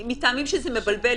מטעמים שזה מבלבל.